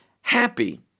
happy